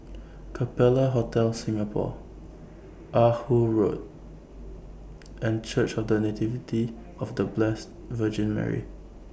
Capella Hotel Singapore Ah Hood Road and Church of The Nativity of The Blessed Virgin Mary